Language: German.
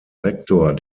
rektor